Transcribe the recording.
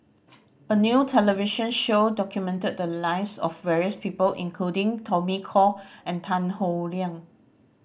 a new television show documented the lives of various people including Tommy Koh and Tan Howe Liang